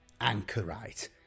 Anchorite